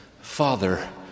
Father